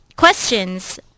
Questions